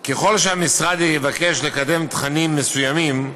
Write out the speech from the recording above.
על כך, ככל שהמשרד יבקש לקדם תכנים מסוימים,